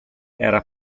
era